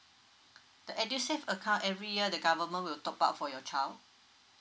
the edusave account every year the government will top up for your child